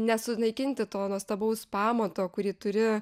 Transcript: nesunaikinti to nuostabaus pamato kurį turi